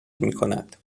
میکند